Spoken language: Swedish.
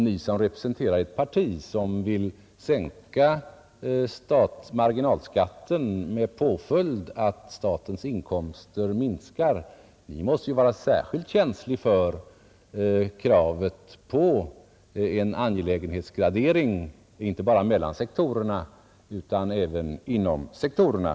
Ni som representerar ett parti som vill sänka marginalskatten med påföljd att statens inkomster minskar måste ju vara särskilt känslig för kravet på en angelägenhetsgradering inte bara mellan sektorerna utan även inom sektorerna.